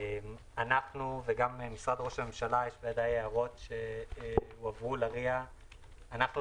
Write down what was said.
יש הערות שהועברו ל-RIA מאתנו וממשרד ראש הממשלה.